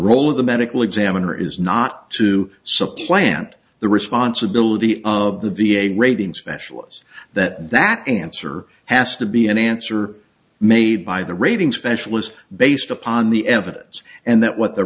role of the medical examiner is not to supplant the responsibility of the v a rating specialist that that answer has to be an answer made by the rating specialist based upon the evidence and that what the